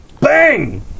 bang